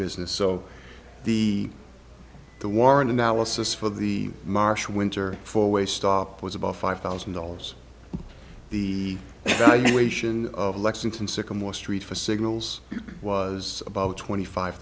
business so the the warren analysis for the marsh winter four way stop was about five thousand dollars the valuation of lexington sycamore street for signals was about twenty five